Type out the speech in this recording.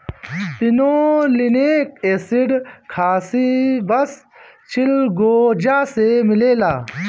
pinolenic acid खासी बस चिलगोजा से मिलेला